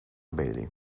bailey